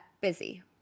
busy